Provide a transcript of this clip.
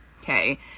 Okay